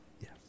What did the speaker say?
Yes